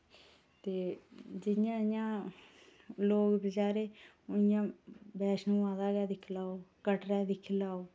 ते जि'यां जि'यां लोक बचारे उ'आं बैशनो माता गै दिक्खी लैओ कटरै दिक्खी लैओ